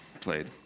played